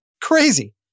Crazy